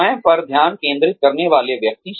स्वयं पर ध्यान केंद्रित करने वाले व्यक्ति